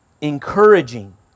Encouraging